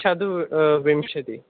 चतुर् विंशति